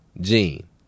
Gene